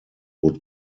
would